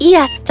Yes